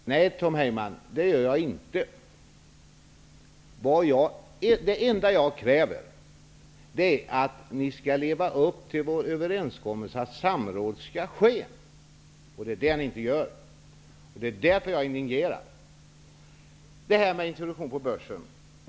Herr talman! Nej, Tom Heyman, det gör vi inte. Det enda jag kräver är att ni skall leva upp till vår överenskommelse om att samråd skall ske. Det är detta ni inte gör. Därför är jag så indignerad. Sedan till detta med börsintroduktionen.